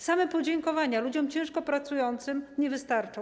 Same podziękowania ludziom ciężko pracującym nie wystarczą.